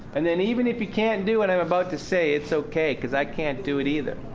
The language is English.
and then, even if you can't do what i'm about to say, it's ok because i can't do it either,